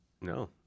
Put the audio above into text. No